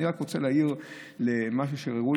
אני רק רוצה להעיר על משהו שראוי,